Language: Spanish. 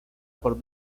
por